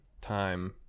time